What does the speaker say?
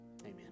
Amen